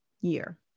year